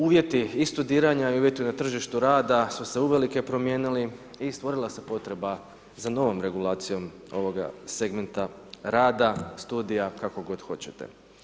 Uvjeti i studiranja i uvjeti na tržištu rada su se uvelike promijenili i stvorila se potreba za novom regulacijom ovoga segmenta rada, studija kako god hoćete.